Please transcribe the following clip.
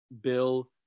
Bill